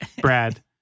Brad